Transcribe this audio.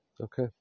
okay